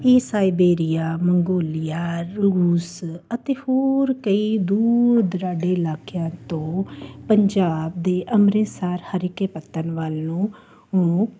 ਇਹ Siberia Mongolia ਰੂਸ ਅਤੇ ਹੋਰ ਕਈ ਦੂਰ ਦੁਰਾਡੇ ਇਲਾਕਿਆਂ ਤੋਂ ਪੰਜਾਬ ਦੇ ਅੰਮ੍ਰਿਤਸਰ ਹਰੀਕੇ ਪੱਤਣ ਵੱਲ ਨੂੰ ਉਹ